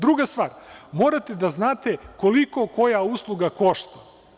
Druga stvar, morate da znate koliko koja usluga košta.